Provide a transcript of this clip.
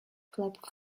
flap